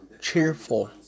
cheerful